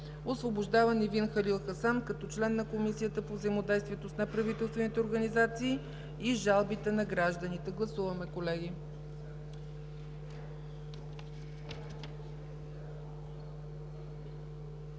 Освобождава Невин Халил Хасан като член на Комисията по взаимодействието с неправителствените организации и жалбите на гражданите.” Гласуваме, колеги.